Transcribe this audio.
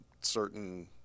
certain